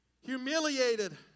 humiliated